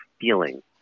feeling